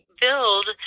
build